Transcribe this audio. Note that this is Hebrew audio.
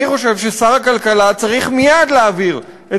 אני חושב ששר הכלכלה צריך מייד להעביר את